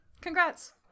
Congrats